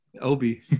Obi